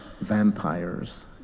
vampires